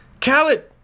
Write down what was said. Khaled